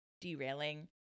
derailing